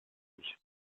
sich